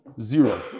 zero